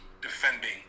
defending